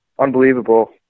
unbelievable